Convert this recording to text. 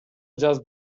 жазып